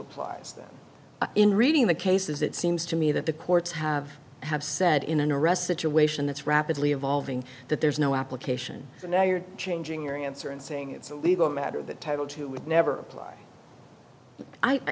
applies them in reading the cases it seems to me that the courts have have said in an arrest situation that's rapidly evolving that there's no application so now you're changing your answer and saying it's a legal matter that title two would never